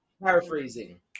Paraphrasing